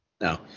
No